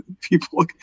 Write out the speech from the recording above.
people